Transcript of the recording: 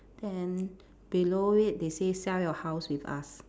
then below it they say sell your house with us